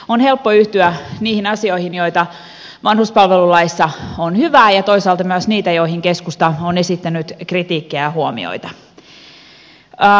on helppo yhtyä niihin asioihin jotka vanhuspalvelulaissa ovat hyviä ja toisaalta myös niihin joihin keskusta on esittänyt kritiikkiä ja huomioita